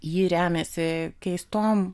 ji remiasi keistom